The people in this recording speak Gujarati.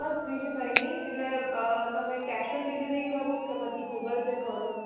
બસ બીજું કાંઈ નહીં એટલે તમે કેશ ઓન ડિલિવરી કરું કે પછી ગૂગલ પે કરું